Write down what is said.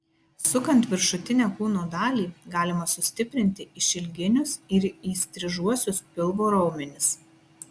sukant viršutinę kūno dalį galima sustiprinti išilginius ir įstrižuosius pilvo raumenis